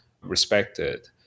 respected